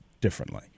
differently